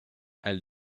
elle